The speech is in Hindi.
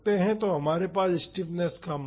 तो हमारे पास स्टिफनेस का मान है